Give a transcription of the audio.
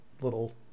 little